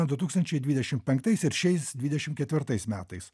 du tūkstančiai dvidešim penktais ir šiais dvidešim ketvirtais metais